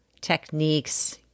techniques